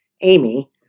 Amy